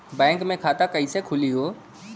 Bank मे खाता कईसे खुली हो?